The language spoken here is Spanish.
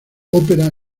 ópera